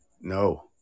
No